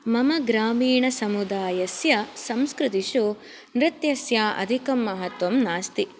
मम ग्रामीणसमुदायस्य संस्कृतिषु नृत्यस्य अधिकं महत्त्वं नास्ति